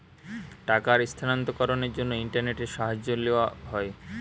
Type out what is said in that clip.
টাকার স্থানান্তরকরণের জন্য ইন্টারনেটের সাহায্য নেওয়া হয়